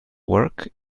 work